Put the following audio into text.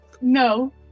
No